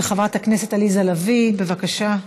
חברת הכנסת עליזה לביא, בבקשה.